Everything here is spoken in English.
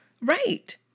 Right